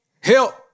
Help